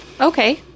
Okay